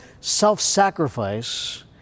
self-sacrifice